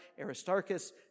Aristarchus